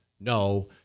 no